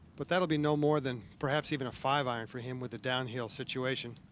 but that will be no more than perhaps even a five iron for him. with a downhill situation.